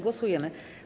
Głosujemy.